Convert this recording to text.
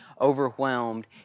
overwhelmed